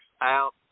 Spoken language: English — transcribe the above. out